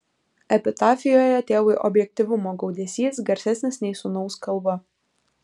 epitafijoje tėvui objektyvumo gaudesys garsesnis nei sūnaus kalba